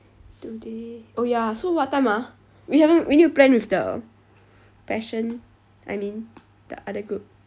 today oh ya so what time ah we haven't we need to plan with the passion I mean the other group